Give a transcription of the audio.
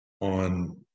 on